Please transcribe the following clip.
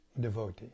devotee